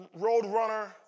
Roadrunner